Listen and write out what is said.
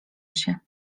się